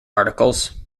articles